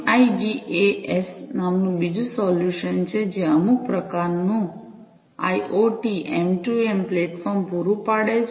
MIDAS નામનું બીજું solution છે જે અમુક પ્રકારનું આઈઑટીએમ2એમ IoTM2M પ્લેટફોર્મ પૂરું પાડે છે